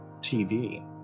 TV